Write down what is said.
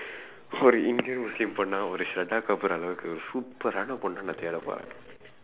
ஒரு:oru indian muslim பொண்ணா ஒரு:ponnaa oru shraddha kapoor அளவுக்கு ஒரு:alavukku oru superaana பொண்ண நான் தேடப்போறேன்:ponna naan theedappooreen